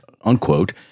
unquote